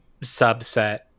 subset